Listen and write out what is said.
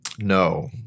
No